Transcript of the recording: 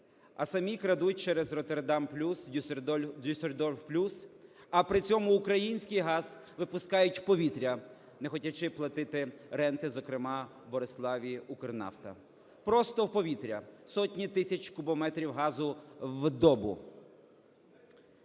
а самі крадуть через "Роттердам плюс", "Дюссельдорф плюс", а при цьому український газ випускають у повітря, не хотячи платити ренти, зокрема в Бориславі "Укрнафта". Просто в повітря сотні тисяч кубометрів газу в добу.